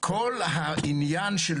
כל העניין של